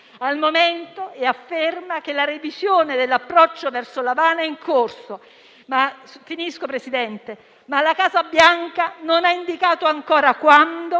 Al momento afferma che la revisione dell'approccio verso L'Avana è in corso, ma la Casa Bianca non ha indicato ancora quando